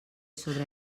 sobre